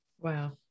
Wow